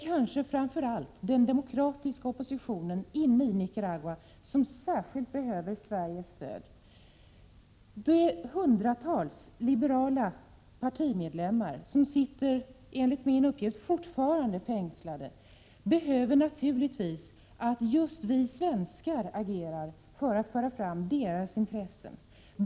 Kanske är det framför allt den demokratiska oppositionen inne i Nicaragua som behöver Sveriges stöd. Enligt uppgifter som jag har är hundratals liberala partimedlemmar fortfarande fängslade, och de är i behov av att just vi svenskar agerar för att föra fram deras intressen.